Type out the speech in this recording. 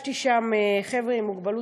ופגשתי שם חבר'ה עם מוגבלות